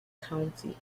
county